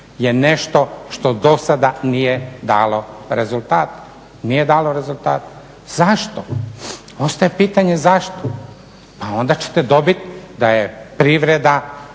je nešto što do sada nije dalo rezultata, nije dalo rezultata. Zašto? Ostaje pitanje zašto. Pa onda ćete dobiti da je privreda